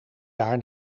jaar